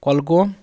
Kulgam